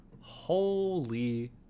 holy